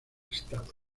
estados